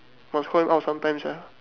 must call him out sometimes ah